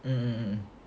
mm